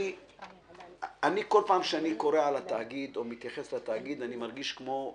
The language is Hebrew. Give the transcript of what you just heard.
בכל פעם שאני קורא על התאגיד או מתייחס לתאגיד אני מרגיש כמו בלידה,